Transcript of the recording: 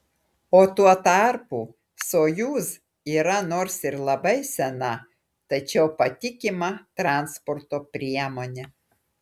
o tuo tarpu sojuz yra nors ir labai sena tačiau patikima transporto priemonė